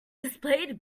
displayed